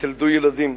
ותלדו ילדים.